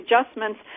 adjustments